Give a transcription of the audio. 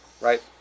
right